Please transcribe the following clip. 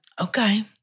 okay